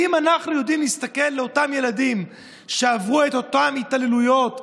האם אנחנו יודעים להסתכל בעיניים לאותם ילדים שעברו את אותן התעללויות,